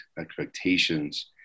expectations